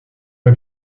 pas